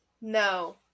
No